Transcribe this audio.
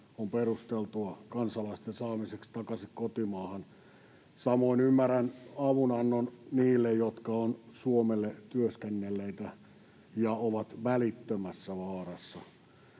ovat perusteltuja kansalaisten saamiseksi takaisin kotimaahan. Samoin ymmärrän avunannon niille, jotka ovat Suomelle työskennelleitä ja ovat välittömässä vaarassa.